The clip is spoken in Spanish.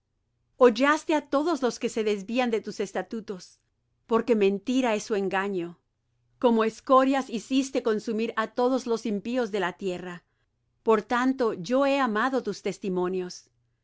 estatutos hollaste á todos los que se desvían de tus estatutos porque mentira es su engaño como escorias hiciste consumir á todos los impíos de la tierra por tanto yo he amado tus testimonios